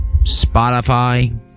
Spotify